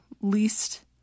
least